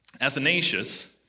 Athanasius